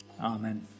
Amen